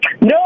No